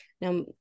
Now